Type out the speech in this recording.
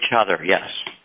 each other yes